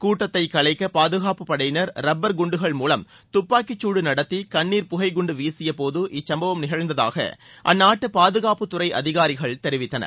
கூட்டத்தைக் கலைக்க பாதுகாப்புப் படையினர் ரப்பர் குண்டுகள் மூவம் துப்பாக்கிக்குடு நடத்தி கண்ணீர் புகை குண்டு வீசியபோது இச்சம்பவம் நிகழ்ந்ததாக அந்நாட்டு பாதுகாப்பத்துறை அதிகாரிகள் தெரிவித்தனர்